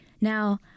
Now